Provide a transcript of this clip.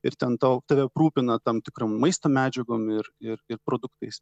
ir ten tau tave aprūpina tam tikrom maisto medžiagom ir ir ir produktais